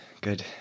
Good